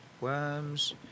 Worms